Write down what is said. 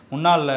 Munal